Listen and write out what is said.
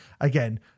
again